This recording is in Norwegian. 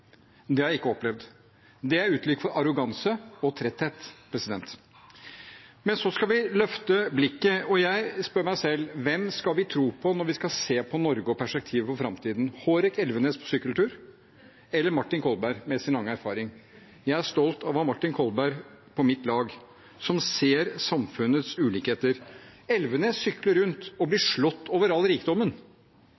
Det har jeg ikke opplevd. Det er uttrykk for arroganse og tretthet. Men så skal vi løfte blikket, og jeg spør meg selv: Hvem skal vi tro på når vi skal se på Norge og perspektivet for framtiden – Hårek Elvenes på sykkeltur eller Martin Kolberg med sin lange erfaring? Jeg er stolt av å ha Martin Kolberg på mitt lag, en som ser samfunnets ulikheter. Elvenes sykler rundt og blir